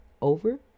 over